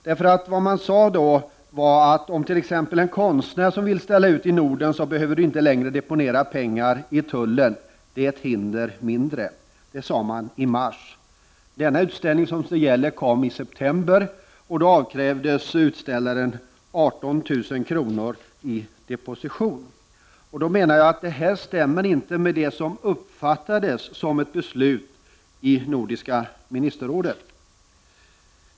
Det som då sades var att t.ex. en konstnär som vill ställa ut i Norden inte längre skulle behöva deponera pengar i tullen — det skulle föreligga ett hinder mindre. Detta sades alltså i mars. Den nu aktuella utställningen kom i september, och utställaren avkrävdes 18 000 kr. i deposition. Jag menar att detta inte stämmer med det som uppfattades som ett beslut i Nordiska ministerrådet.